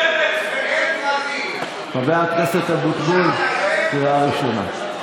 חבר הכנסת אבוטבול, קריאה ראשונה.